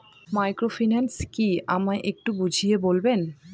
Microfinance কি আমায় একটু বুঝিয়ে বলবেন?